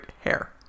hair